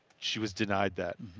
she was denied that.